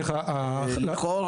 לכאורה,